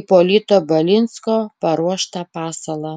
ipolito balinsko paruoštą pasalą